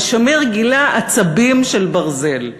אבל שמיר גילה עצבים של ברזל.